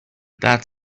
that